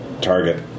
target